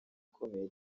ikomeye